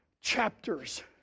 chapters